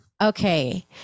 okay